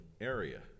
area